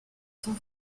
son